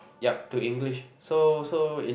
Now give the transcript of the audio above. yup to English so so it